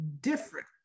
different